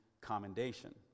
commendation